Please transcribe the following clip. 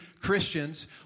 Christians